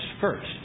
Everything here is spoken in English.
first